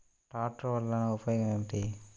ట్రాక్టర్లు వల్లన ఉపయోగం ఏమిటీ?